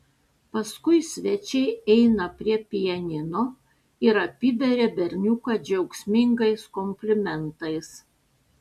paskui svečiai eina prie pianino ir apiberia berniuką džiaugsmingais komplimentais